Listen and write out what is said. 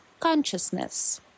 consciousness